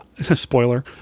Spoiler